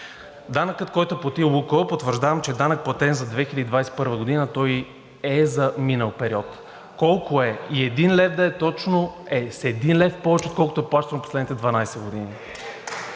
Данъкът, който плати „Лукойл“, потвърждавам, че данък, платен за 2021 г., той е за минал период. Колко е? И един лев да е точно, с един лев повече, отколкото е плащано последните 12 години.